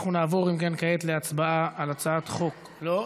אנחנו נעבור אם כן כעת להצבעה על הצעת חוק, לא?